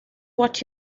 what